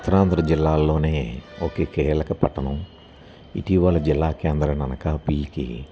పత్తనాధర జిల్లాలోనే ఒక కీలక పట్టణం ఇటీవల జిల్లా కేంద్రం ననక పిలకి